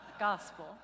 gospel